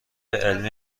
علمی